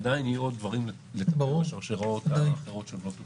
עדיין יהיו עוד דברים לתקן בשרשראות האחרות שעוד לא תוקנו.